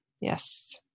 Yes